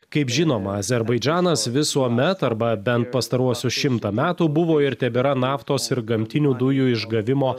kaip žinoma azerbaidžanas visuomet arba bent pastaruosius šimtą metų buvo ir tebėra naftos ir gamtinių dujų išgavimo